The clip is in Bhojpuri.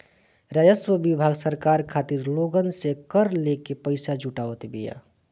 राजस्व विभाग सरकार खातिर लोगन से कर लेके पईसा जुटावत बिया